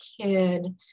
kid